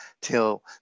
till